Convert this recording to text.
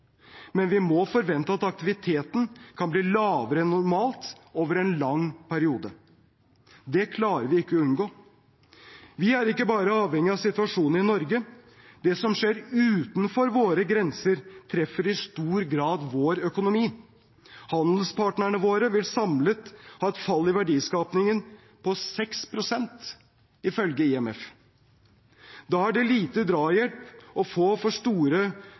Men vi må forvente at aktiviteten kan bli lavere enn normalt over en lang periode. Det klarer vi ikke å unngå. Vi er ikke bare avhengig av situasjonen i Norge. Det som skjer utenfor våre grenser, treffer i stor grad vår økonomi. Handelspartnerne våre vil samlet ha et fall i verdiskapingen på 6 pst. i år, ifølge IMF. Da er det lite drahjelp å få for de store